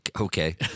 okay